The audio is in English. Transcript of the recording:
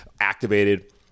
activated